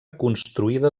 construïda